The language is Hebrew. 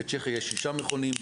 בצ'כיה יש 6 מכונים,